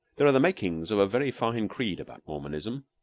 there are the makings of a very fine creed about mormonism.